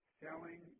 selling